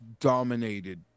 dominated